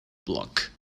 block